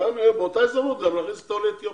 באותה הזדמנות גם להכניס את עולי אתיופיה.